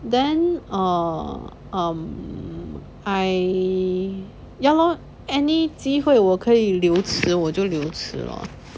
then err um I ya lor any 机会我可以留迟我就留迟 lor